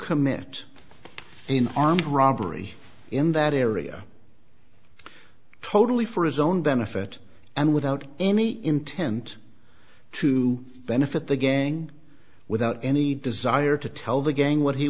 commit in armed robbery in that area totally for his own benefit and without any intent to benefit the gang without any desire to tell the gang what he